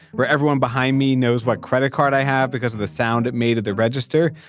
where everyone behind me knows what credit card i have because of the sound it made at the register.